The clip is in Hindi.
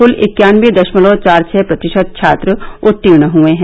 क्ल इक्यानबे दशमलव चार छह प्रतिशत छात्र उर्ततीण हए हैं